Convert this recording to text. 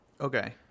okay